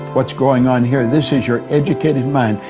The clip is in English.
what's going on here, this is your educated mind,